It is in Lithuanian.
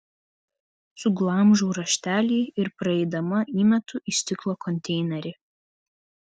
suglamžau raštelį ir praeidama įmetu į stiklo konteinerį